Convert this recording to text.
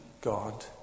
God